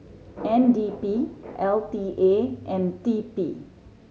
N D P L T A and T P